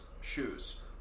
shoes